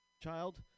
child